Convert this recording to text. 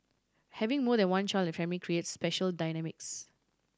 having more than one child in the family creates special dynamics